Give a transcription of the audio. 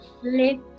flip